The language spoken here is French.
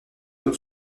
zone